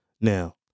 Now